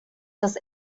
das